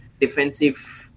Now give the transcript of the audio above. defensive